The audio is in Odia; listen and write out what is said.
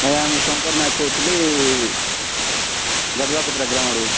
ଆଜ୍ଞା ମୁଁ ଶଙ୍କର ନାୟକ କହୁଥିଲି ଯାଦୁରାପତରା ଗ୍ରାମରୁ